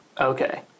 Okay